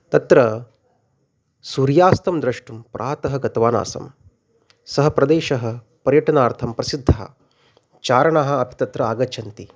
तत्र सूर्यास्तं द्रष्टुं प्रातः गतवान् आसम् सः प्रदेशः पर्यटनार्थं प्रसिद्धः चारणाः तत्र आगच्छन्ति